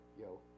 yo